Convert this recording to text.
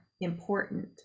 important